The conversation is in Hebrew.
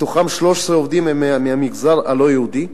מתוכם 13 עובדים מהמגזר הלא-יהודי,